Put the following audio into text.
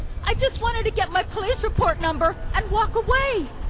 i just wanted to get my police report number and walk away.